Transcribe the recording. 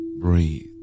breathe